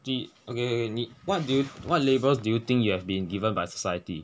即 okay okay okay 你 what do you what labels do you think you have been given by society